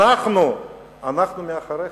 אנחנו מאחוריך,